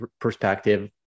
perspective